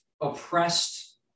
oppressed